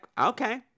okay